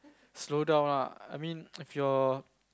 slow down ah I mean if your